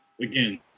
again